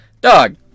Dog